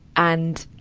and,